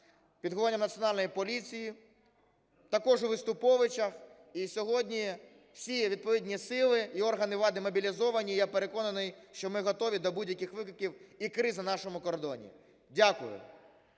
під головуванням Національної поліції, також у Виступовичах. І сьогодні всі відповідні сили і органи влади мобілізовані, і я переконаний, що ми готові до будь-яких викликів і криз на нашому кордоні. Дякую.